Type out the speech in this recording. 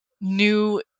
new